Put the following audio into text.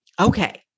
Okay